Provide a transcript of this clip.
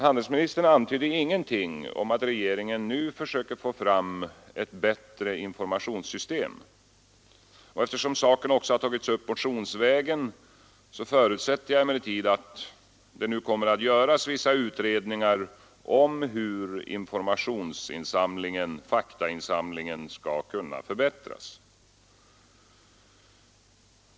Handelsministern antydde ingenting om att regeringen nu försöker få fram ett bättre informationssystem. Eftersom saken även har tagits upp motionsvägen förutsätter jag emellertid att det nu kommer att göras vissa utredningar om hur insamlingen av informationer och fakta skall kunna förbättras.